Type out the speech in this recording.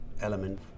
element